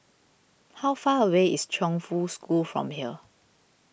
how far away is Chongfu School from here